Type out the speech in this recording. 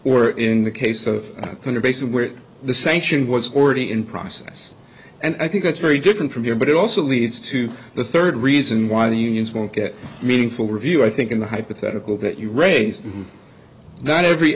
going to bases where the sanction was already in process and i think that's very different from here but it also leads to the third reason why the unions won't get meaningful review i think in the hypothetical that you raise that every